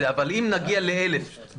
לא לקיים את החלטות ממשלת ישראל.